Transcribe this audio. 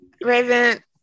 Raven